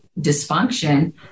dysfunction